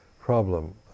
problem